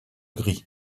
gris